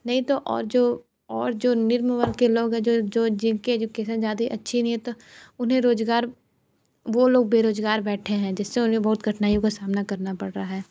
नहीं तो और जो और जो निम्न वर्ग के लोग हैं जो जो जिन की एजुकेशन ज़्यादा अच्छी नहीं है तो उन्हें रोज़गार वो लोग बेरोज़गार बैठे हैं जिस से उन्हें बहुत कठिनाइयों को सामना करना पड़ रहा है